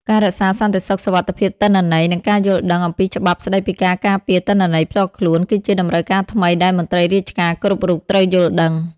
ការរក្សាសន្តិសុខសុវត្ថិភាពទិន្នន័យ និងការយល់ដឹងអំពីច្បាប់ស្តីពីការការពារទិន្នន័យផ្ទាល់ខ្លួន គឺជាតម្រូវការថ្មីដែលមន្ត្រីរាជការគ្រប់រូបត្រូវយល់ដឹង។